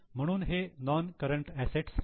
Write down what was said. म्हणून हे non current assets आहेत